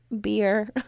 beer